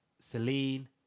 Celine